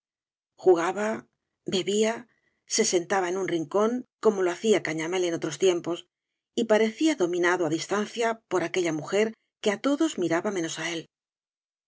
jugaba bebía se sentaba en un rincón como lo hacía cañamél en otros tiempos y parecía dominado á distancia por aquella mujer que á todos miraba menos á él